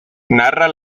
narra